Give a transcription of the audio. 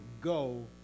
Go